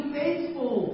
faithful